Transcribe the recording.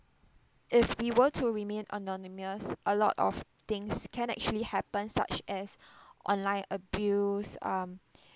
if we were to remain anonymous a lot of things can actually happens such as online abuse um